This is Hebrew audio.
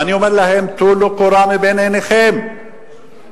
ואני אומר להם: טלו קורה מבין עיניכם ותפסיקו,